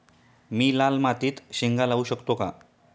मी लाल मातीत शेंगा लावू शकतो का?